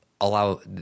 allow –